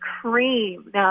Cream